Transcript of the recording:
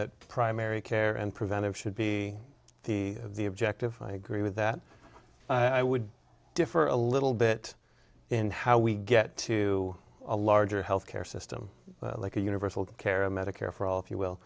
that primary care and preventive should be the the objective i agree with that i would differ a little bit in how we get to a larger health care system like a universal care a medicare for all if you